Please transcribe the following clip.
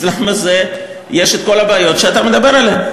למה יש כל הבעיות שאתה מדבר עליהן?